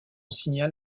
signal